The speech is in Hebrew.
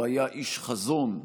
הוא היה איש חזון,